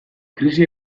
krisi